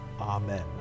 amen